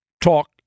talk